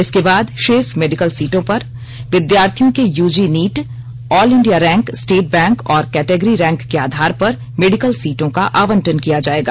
इसके बाद शेष मेडिकल सीटों पर विद्यार्थियों के UG NEET all India rank state bank और कैटेगरी रैंक के आधार पर मेडिकल सीटों का आवंटन किया जाएगा